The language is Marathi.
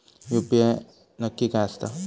यू.पी.आय नक्की काय आसता?